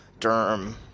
derm